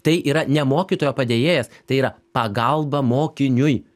tai yra ne mokytojo padėjėjas tai yra pagalba mokiniui